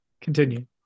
continue